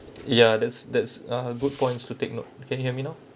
ya that's that's a'ah good points to take note can you hear me now